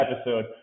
episode